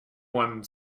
one